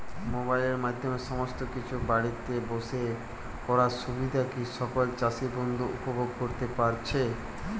মোবাইলের মাধ্যমে সমস্ত কিছু বাড়িতে বসে করার সুবিধা কি সকল চাষী বন্ধু উপভোগ করতে পারছে?